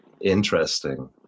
interesting